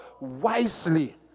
wisely